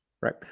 Right